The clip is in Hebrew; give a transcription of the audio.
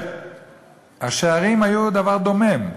השערים היו דבר דומם,